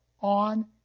on